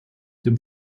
dem